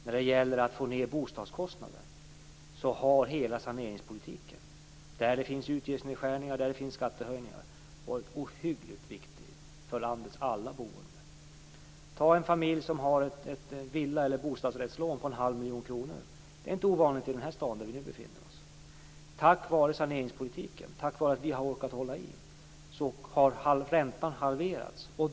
När det gäller att få ned bostadskostnader har hela saneringspolitiken med utgiftsnedskärningar och skattehöjningar varit ohyggligt viktig för landets alla boende. För en familj som har ett villa eller bostadsrättslån på en halv miljon kronor, vilket inte är ovanligt i den stad som vi nu befinner oss i, har räntan halverats tack vare saneringspolitiken och tack vare att vi har orkat stå fast vid den.